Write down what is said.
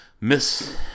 miss